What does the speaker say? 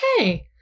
okay